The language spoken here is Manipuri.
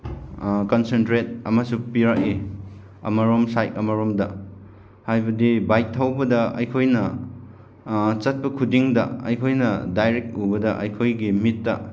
ꯀꯟꯁꯦꯟꯇ꯭ꯔꯦꯠ ꯑꯃꯁꯨ ꯄꯤꯔꯛꯏ ꯑꯃꯔꯣꯝ ꯁꯥꯏꯠ ꯑꯃꯔꯣꯝꯗ ꯍꯥꯏꯕꯗꯤ ꯕꯥꯏꯛ ꯊꯧꯕꯗ ꯑꯩꯈꯣꯏꯅ ꯆꯠꯄ ꯈꯨꯗꯤꯡꯗ ꯑꯩꯈꯣꯏꯅ ꯗꯥꯏꯔꯦꯛ ꯎꯕꯗ ꯑꯩꯈꯣꯏꯒꯤ ꯃꯤꯠꯇ